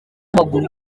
w’amaguru